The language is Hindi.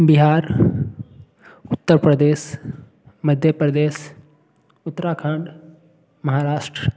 बिहार उत्तर प्रदेश मध्य प्रदेश उत्तराखंड महाराष्ट्र